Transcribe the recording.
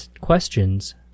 questions